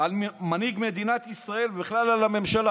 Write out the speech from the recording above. על מנהיג מדינת ישראל ובכלל על הממשלה.